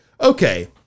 okay